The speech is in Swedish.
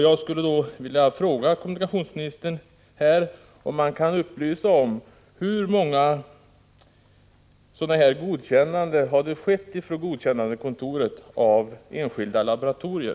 Jag skulle vilja fråga kommunikationsministern om han kan upplysa om hur många sådana godkännanden som har skett ifrån godkännandekontoret av enskilda laboratorier.